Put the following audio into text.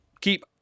keep